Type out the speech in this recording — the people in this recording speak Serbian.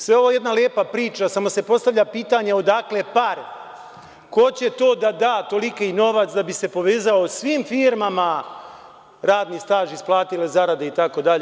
Sve je ovo jedna lepa priča samo se postavlja pitanje odakle pare, ko će to da da toliki novac da bi se povezao svim firmama radni staž, isplatile zarade, itd.